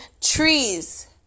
trees